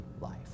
life